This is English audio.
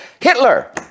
Hitler